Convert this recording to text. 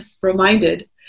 reminded